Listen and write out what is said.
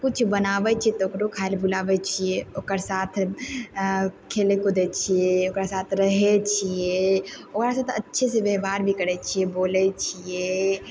किछु बनाबय छियै तऽ ओकरो खाइ लए बुलाबय छियै ओकर साथ खेलय कुदय छियै ओकर साथ रहय छियै ओकर साथ अच्छेसँ व्यवहार भी करय छियै बोलय छियै